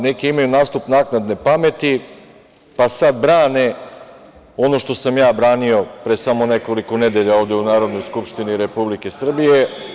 Neki imaju nastup naknadne pameti, pa sada brane ono što sam ja branio pre samo nekoliko nedelja ovde u Narodnoj skupštini Republike Srbije.